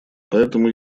поэтому